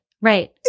right